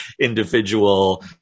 individual